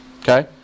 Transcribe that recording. Okay